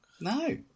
No